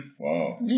Wow